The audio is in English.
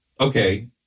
okay